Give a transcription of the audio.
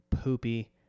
poopy